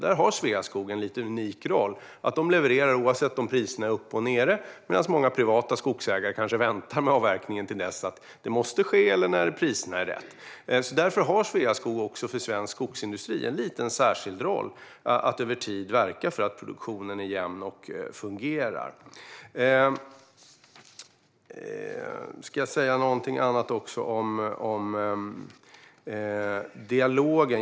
Där har Sveaskog lite av en unik roll i det att man levererar oavsett om priserna är uppe eller nere, medan många privata skogsägare kanske väntar med avverkningen till dess att den måste ske eller priserna är rätt. Därför har Sveaskog också för svensk skogsindustri lite av en särskild roll att över tid verka för att produktionen är jämn och fungerar. Jag ska också säga något om dialogen.